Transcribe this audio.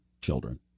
children